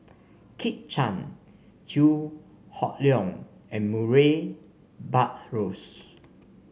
Kit Chan Chew Hock Leong and Murray Buttrose